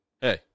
hey